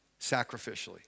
Sacrificially